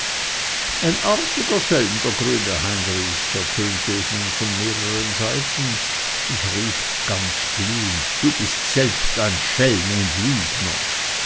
ein artiger schelm der grüne heinrich ertönte es nun von mehreren seiten ich rief ganz glühend du bist selbst ein schelm und lügner